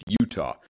Utah